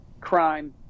crime